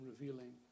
revealing